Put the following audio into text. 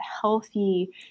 healthy